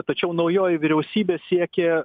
tačiau naujoji vyriausybė siekė